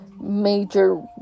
major